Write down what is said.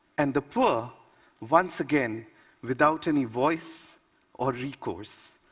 and the poor once again without any voice or recourse.